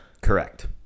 Correct